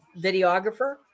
videographer